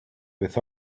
with